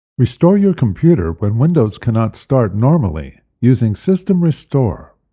restore your computer when windows cannot start normally using system restore.